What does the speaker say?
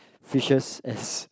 fishers as